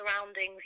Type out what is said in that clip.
surroundings